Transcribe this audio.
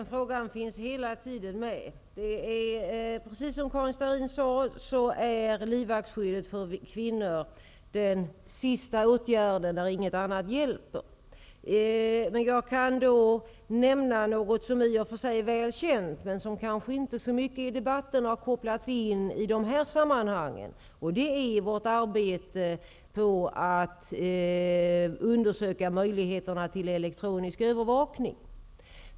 Herr talman! Den frågan finns hela tiden med vid bedömningen. Precis som Karin Starrin sade är livvaktsskyddet för kvinnor den sista åtgärden, dvs. när inget annat hjälper. Jag kan nämna vårt arbete på att undersöka möjligheten till elektronisk övervakning, en övervakningsmetod som i och för sig är väl känd men som i debatten kanske inte har kopplats till de här sammanhangen.